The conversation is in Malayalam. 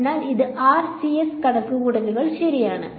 അതിനാൽ ഇത് ആർസിഎസ് കണക്കുകൂട്ടലുകൾ ശരിയാണ്